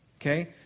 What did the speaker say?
Okay